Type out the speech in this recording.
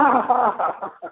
हँ हँ हँ हँ हँ